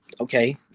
okay